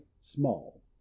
small